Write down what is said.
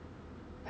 oh